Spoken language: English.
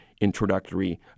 introductory